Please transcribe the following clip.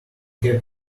cap